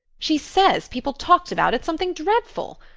she says people talked about it something dreadful.